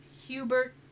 Hubert